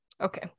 Okay